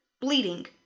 Bleeding